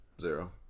Zero